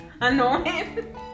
annoying